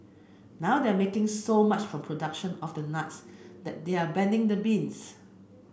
now they're making so much from production of the nuts that they're abandoning the beans